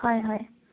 হয় হয়